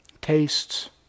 tastes